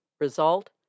Result